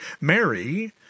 Mary